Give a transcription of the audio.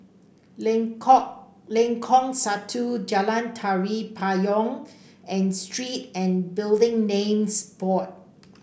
Lengkong Lengkong Satu Jalan Tari Payong and Street and Building Names Board